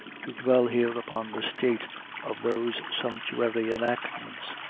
to dwell here upon the state of those sumptuary enactments,